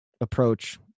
approach